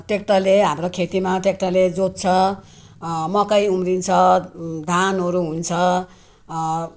ट्य्राक्टरले हाम्रो खेतीमा ट्य्राक्टरले जोत्छ मकै उम्रिन्छ धानहरू हुन्छ